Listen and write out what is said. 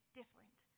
different